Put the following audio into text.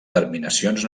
terminacions